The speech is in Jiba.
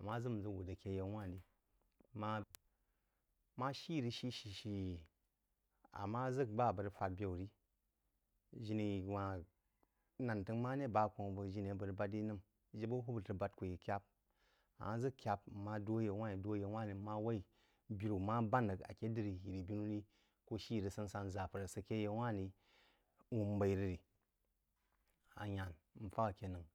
Amma ʒə rəg n ʒək wūr aké yaú wanh-rí. Má má shi rəg shi shi shi shí, ammá ʒək bá bəg rəg fād byaù rí – jini wa-hn nǎn təggi, maré ba khon bəg jini a bəg rəg bād ri nəm jibə hwūb rəg bād kú yí kyáb, ammá ʒək kyáb n ma dwú yau wan ri, dwú yaú wan rí nma waí birú ma bān rəg aké diri yiri-binù rí, ku shí rəg san-san, ʒapər a sə kə yau wan rá wōm baí rəg ri̍, a yán n fāk ake nōú.